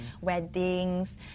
weddings